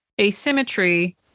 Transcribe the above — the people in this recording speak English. asymmetry